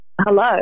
Hello